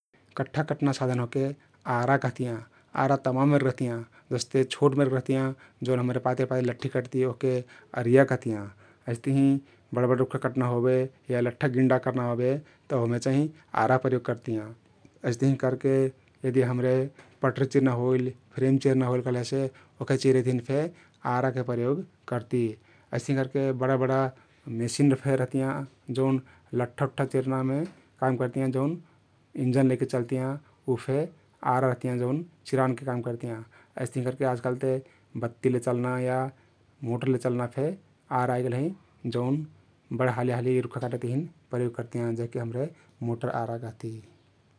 कट्ठा कट्ना साधन ओहके आरा कहतियाँ । आरा तमान मेरके रहतियाँ जस्ते छोट मेरके रहतियाँ जउन हम्रे पाति पातिर लठ्ठी कट्ती ओहके अरिया कहतियाँ । अइस्तहिं बड बड रुख्खा कट्ना होबे या लठ्ठा गिंडा कर्ना होबे तउ ओहमे चाहिं आरा प्रेयोग करतियाँ । अइस्तहिं करके यदि हम्रे पटरी चिर्ना होइल, फ्रेम चिर्ना होइल कहलेसे ओहके चिरेक तहिन फे आराके प्रयोग करती । अइस्तहिं करके बडा बडा मेसिन फे रहतियाँ जउन लठ्ठा उठ्ठा चिर्नामे काम करतियाँ जउन ईन्जन लैके चल्तियाँ उ फे आरा रहतियाँ जउन चिरानके काम करतियाँ । अइस्तहिं करके आजकालते बत्ती ले चल्ना या मोटरले चल्ना फे आरा आइगेल हँइ जउन बड हाली हाली रुख्खा कटेक तहिन प्रयोग करतियाँ जेहके हम्रे मोटर आरा कहती ।